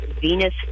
Venus